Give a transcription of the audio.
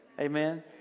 Amen